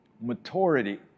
Maturity